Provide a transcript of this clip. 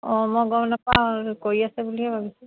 অঁ মই গম নাপাওঁ কৰি আছে বুলিয়ে ভাবিছোঁ